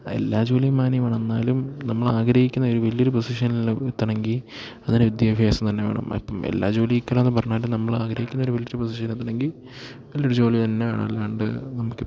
എല്ലാ ജോലിയും മാന്യമാണ് എന്നാലും നമ്മളാഗ്രഹിക്കുന്ന ഒരു വലിയ ഒരു പൊസിഷൻല് എത്തണമെങ്കിൽ അതിന് വിദ്യാഭ്യാസം തന്നെ വേണം എല്ലാ ജോലിക്കലത് പറഞ്ഞാലും നമ്മൾ ആഗ്രഹിക്കുന്നൊരു വലിയ ഒരു പൊസിഷൻ എത്തണമെങ്കിൽ നല്ലൊരു ജോലി തന്നെ വേണം അല്ലാണ്ട് നമുക്കിപ്പം